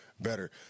better